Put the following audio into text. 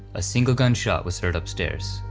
a single gunshot was heard upstairs,